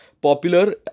popular